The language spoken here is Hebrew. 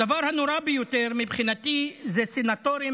הדבר הנורא ביותר מבחינתי זה סנטורים